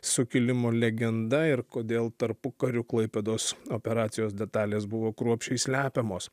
sukilimo legenda ir kodėl tarpukariu klaipėdos operacijos detalės buvo kruopščiai slepiamos